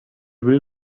will